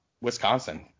Wisconsin